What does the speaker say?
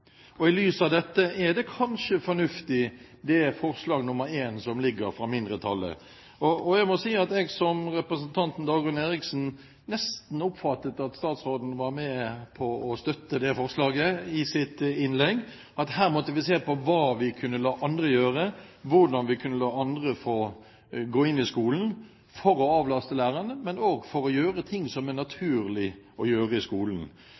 I lys av dette er kanskje forslag nr. 1, fra mindretallet, fornuftig? Jeg må si at jeg, som representanten Dagrun Eriksen, oppfattet at statsråden nesten var med på å støtte det forslaget i sitt innlegg – her måtte vi se på hva vi kunne la andre gjøre, hvordan vi kunne la andre få gå inn i skolen for å avlaste lærerne, men også for å gjøre ting som er naturlig å gjøre i skolen,